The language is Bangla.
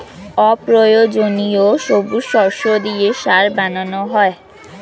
অপ্রয়োজনীয় সবুজ শস্য দিয়ে সার বানানো হয়